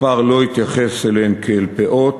הספר לא התייחס אליהן כאל פאות.